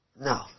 No